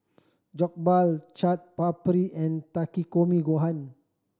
Jokbal Chaat Papri and Takikomi Gohan